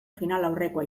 finalaurrekoa